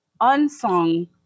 unsung